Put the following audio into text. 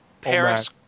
Paris